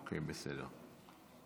אוקיי, בסדר.